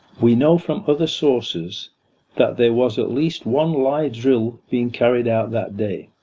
we know from other sources that there was at least one live drill being carried out that day,